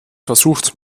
versucht